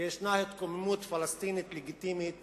ויש התקוממות פלסטינית לגיטימית